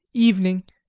evening.